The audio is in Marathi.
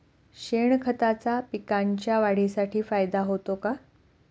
शेणखताचा पिकांच्या वाढीसाठी फायदा होतो का?